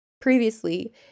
previously